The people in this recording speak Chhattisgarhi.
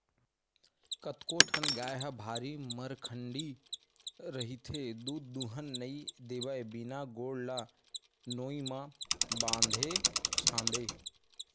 कतको ठन गाय ह भारी मरखंडी रहिथे दूद दूहन नइ देवय बिना गोड़ ल नोई म बांधे छांदे